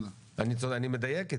אני מדייק?